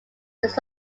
this